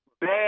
bad